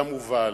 אתה מובל,